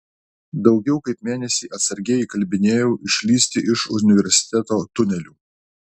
daugiau kaip mėnesį atsargiai įkalbinėjau išlįsti iš universiteto tunelių